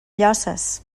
llosses